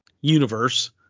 universe